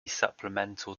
supplemental